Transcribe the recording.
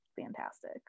fantastic